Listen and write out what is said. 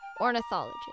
Ornithology